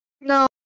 No